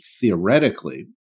theoretically